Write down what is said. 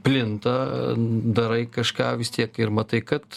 plinta darai kažką vis tiek ir matai kad